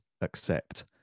accept